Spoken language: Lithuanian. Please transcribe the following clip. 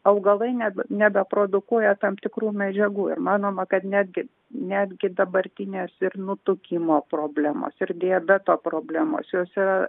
augalai net nebeprodukuoja tam tikrų medžiagų ir manoma kad netgi netgi dabartinės ir nutukimo problemos ir diabeto problemos jos yra